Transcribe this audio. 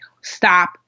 stop